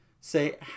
say